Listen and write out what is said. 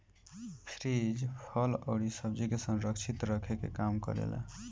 fridge फल अउरी सब्जी के संरक्षित रखे के काम करेला